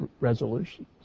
resolutions